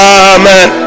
amen